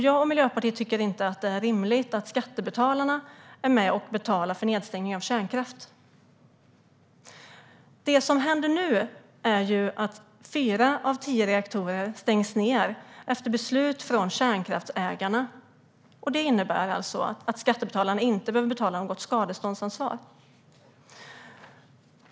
Jag och Miljöpartiet tycker inte att det är rimligt att skattebetalarna är med och betalar för nedstängningen av kärnkraft. Det som händer nu är att fyra av tio reaktorer stängs ned efter beslut från kärnkraftsägarna. Detta innebär alltså att skattebetalarna inte behöver betala något skadestånd.